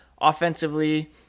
Offensively